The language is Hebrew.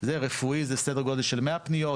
רפואי זה סדר גודל של 100 פניות,